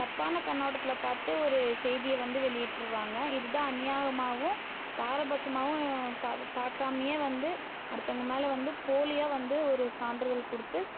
தப்பான கண்ணோட்டத்தில் பார்த்து ஒரு செய்தியை வந்து வெளியிட்டிருவாங்க இது தான் அநியாயமாவும் பாரபட்சமாகவும் பாது பார்க்காமையே வந்து அடுத்தவங்க மேலே வந்து போலியாக வந்து ஒரு சான்றிதழ் கொடுத்து